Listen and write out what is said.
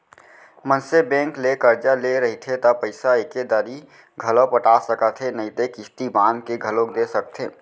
मनसे बेंक ले करजा ले रहिथे त पइसा एके दरी घलौ पटा सकत हे नइते किस्ती बांध के घलोक दे सकथे